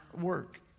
work